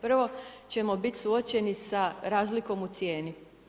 Prvo ćemo biti suočeni sa razlikom u cijeni.